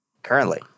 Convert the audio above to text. Currently